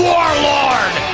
Warlord